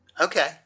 Okay